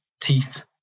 teeth